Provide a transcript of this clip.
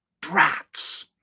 Brats